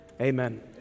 Amen